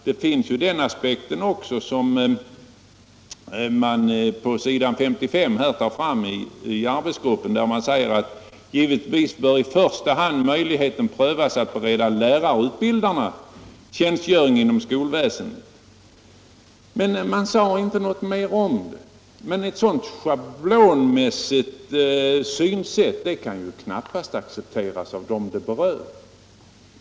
Det är den aspekt som anläggs på s. 55 i arbetsgruppens rapport, där det heter: ”Givetvis bör i första hand möjligheten prövas att bereda lärarutbildare tjänstgöring inom skolväsendet.” Men man sade inte något mer om det, och ett sådant schablonmässigt synsätt kan ju knappast accepteras av dem som berörs.